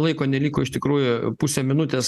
laiko neliko iš tikrųjų pusė minutės